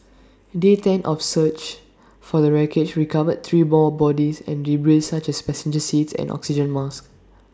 day ten of search for the wreckage recovered three more bodies and debris such as passenger seats and oxygen masks